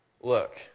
look